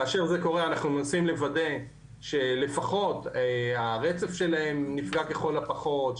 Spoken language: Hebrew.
כאשר זה קורה אנחנו מנסים לוודא שלפחות הרצף שלהם נפגע לכל הפחות,